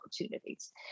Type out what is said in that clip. opportunities